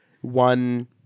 one